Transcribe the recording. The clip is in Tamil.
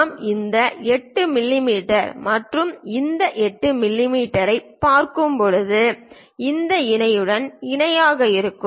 நாம் இந்த 8 மிமீ மற்றும் இந்த 8 மிமீ பார்க்கும்போது இந்த இணையுடன் இணையாக இருக்கும்